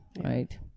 right